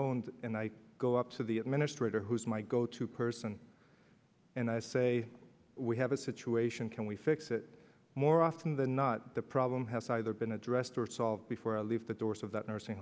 owned and i go up to the administrator who is my go to person and i say we have a situation can we fix it more often than not the problem has either been addressed or solved before i leave the doors of that nursing